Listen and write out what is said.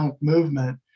movement